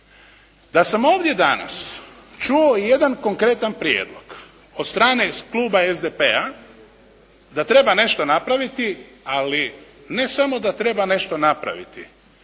Da sam ovdje danas čuo ijedan konkretan prijedlog od strane kluba SDP-a da treba nešto napraviti ali ne samo da treba nešto napraviti